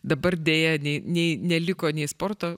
dabar deja nei nei neliko nei sporto